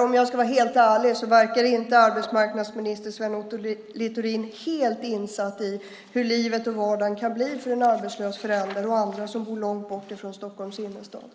Om jag ska vara helt ärlig verkar inte arbetsmarknadsminister Sven Otto Littorin helt insatt i hur livet och vardagen kan bli för en arbetslös förälder och andra som bor långt bort från Stockholms innerstad.